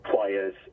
players